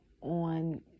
on